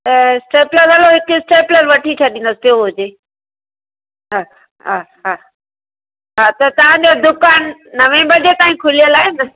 सतरि वारो हिकु स्टेपिलर वठी छॾींदसि पियो हुजे हा हा हा हा त तव्हां जो दुकान नवें बजे ताईं खुलियल आहे न